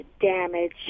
damage